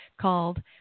called